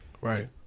Right